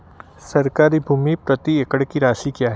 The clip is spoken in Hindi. सरकारी भूमि प्रति एकड़ की राशि क्या है?